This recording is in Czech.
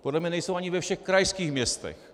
Podle mě nejsou ani ve všech krajských městech.